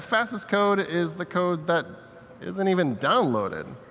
fastest code is the code that isn't even downloaded.